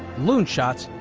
loonshots,